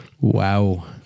Wow